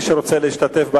מי שרוצה להשתתף בהצבעה,